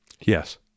Yes